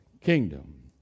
kingdom